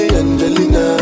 angelina